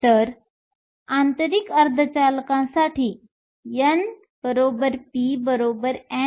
तर आंतरिक अर्धचालकसाठी n p ni